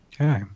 Okay